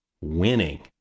winning